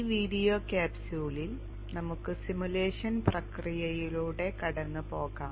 ഈ വീഡിയോ ക്യാപ്സ്യൂളിൽ നമുക്ക് സിമുലേഷൻ പ്രക്രിയയിലൂടെ കടന്നു പോകാം